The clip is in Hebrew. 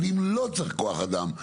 אבל אם לא צריך כוח אדם,